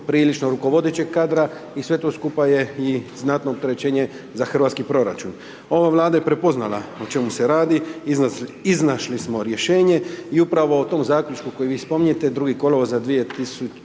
prilično rukovodećeg kadra i sve to skupa je i znatno opterećenje za hrvatski proračun. Ova vlada je prepoznala o čemu se radi, iznašli smo rješenje i upravo o tom zaključku koje vi spominjete 2. kolovoza